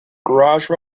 garage